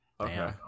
Okay